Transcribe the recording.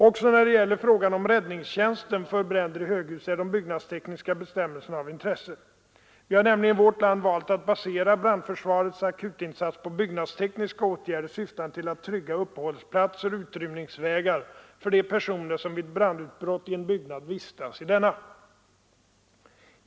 Också när det gäller frågan om räddningstjänsten för bränder i höghus är de byggnadstekniska bestämmelserna av intresse. Vi har nämligen i vårt land valt att basera brandförsvarets akutinsats på byggnadstekniska åtgärder syftande till att trygga uppehållsplatser och utrymningsvägar för de personer som vid brandutbrott i en byggnad vistas i denna.